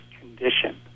condition